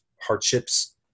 hardships